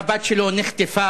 והבת שלו נחטפה,